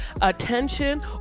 attention